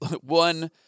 One